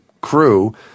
crew